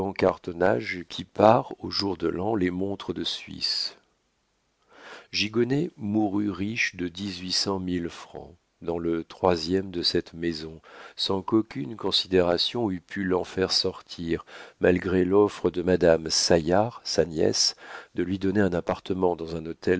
qui parent au jour de l'an les montres de suisse gigonnet mourut riche de dix-huit cent mille francs dans le troisième de cette maison sans qu'aucune considération eût pu l'en faire sortir malgré l'offre de madame saillard sa nièce de lui donner un appartement dans un hôtel